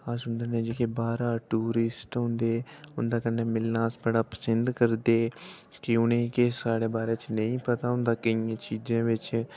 अस उंदे ने जेह्के बाह्रा टूरिस्ट औंदे न उं'दे कन्नै मिलना अस बड़ा पसिंद करदे ते उ'नें गी केह् साढ़े बारै च नेई पता होंदा केइयें चीजें बिच